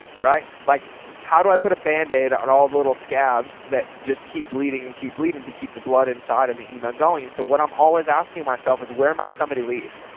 right. like, how do i put a bandaid on all the little scabs that just keep bleeding and keep bleeding to keep blood inside and the email going? so what i'm always asking myself is where might somebody leave?